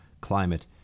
climate